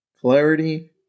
clarity